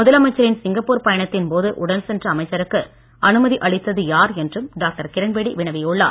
முதலமைச்சரின் சிங்கப்பூர் பயணத்தின் போது உடன் சென்ற அமைச்சருக்கு அனுமதி அளித்தது யார் என்றும் டாக்டர் கிரண்பேடி வினவியுள்ளார்